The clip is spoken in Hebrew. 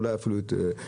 ואולי אפילו להתגבר,